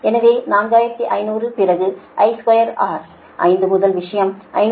எனவே 4500 பிறகு I2R 5 முதல் விஷயம் 551